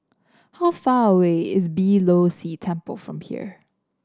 how far away is Beeh Low See Temple from here